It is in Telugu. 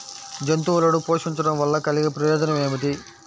జంతువులను పోషించడం వల్ల కలిగే ప్రయోజనం ఏమిటీ?